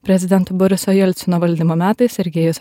prezidento boriso jelcino valdymo metais sergejus